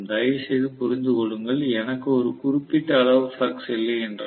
தயவுசெய்து புரிந்து கொள்ளுங்கள் எனக்கு ஒரு குறிப்பிட்ட அளவு ஃப்ளக்ஸ் இல்லையென்றால்